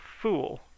fool